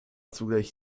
zugleich